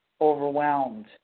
overwhelmed